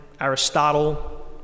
Aristotle